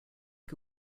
que